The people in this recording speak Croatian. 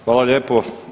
Hvala lijepo.